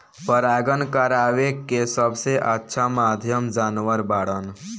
परागण करावेके सबसे अच्छा माध्यम जानवर बाड़न